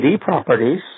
properties